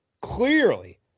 clearly